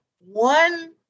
one